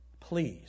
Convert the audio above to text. please